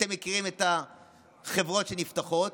אתם מכירים את החברות שנפתחות,